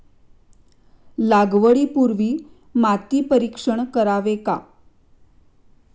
लागवडी पूर्वी माती परीक्षण करावे का?